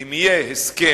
שאם יהיה הסכם